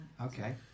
Okay